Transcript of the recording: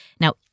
Now